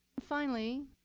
finally,